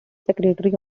secretary